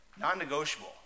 non-negotiable